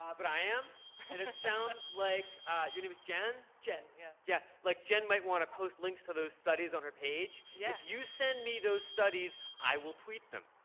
but i am. and it sounds like your name is jen? jen, yeah. yeah, like jen might want to post links to those studies on her page. yes. if you send me those studies, i will tweet them.